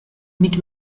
mit